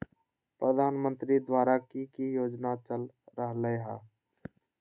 प्रधानमंत्री द्वारा की की योजना चल रहलई ह?